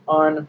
on